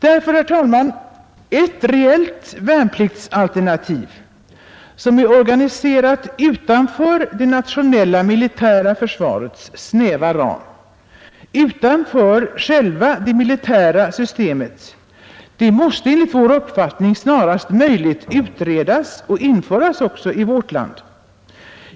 Därför, herr talman, ett reellt värnpliktsalternativ, organiserat utanför det nationella militära försvarets snäva ram utanför själva det militära systemet, måste enligt vår uppfattning snarast möjligt utredas och införas också i vårt land.